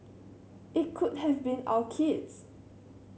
it could have been our kids